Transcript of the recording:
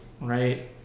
right